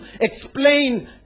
explain